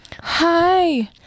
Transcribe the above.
hi